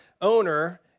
owner